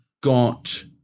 got